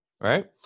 Right